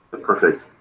perfect